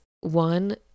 One